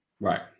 Right